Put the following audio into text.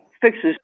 fixes